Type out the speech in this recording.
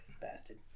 Bastard